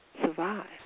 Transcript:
survive